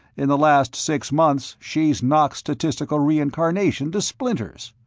in the last six months, she's knocked statistical reincarnation to splinters.